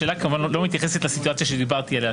השאלה כמובן לא מתייחסת לסיטואציה שדיברתי עליה,